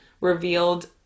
revealed